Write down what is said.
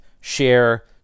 share